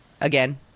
Again